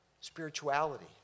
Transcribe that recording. Spirituality